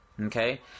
Okay